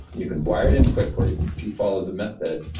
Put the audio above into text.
you can wire it in quickly if you follow the method,